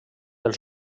els